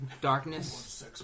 darkness